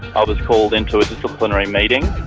i was called into a disciplinary meeting.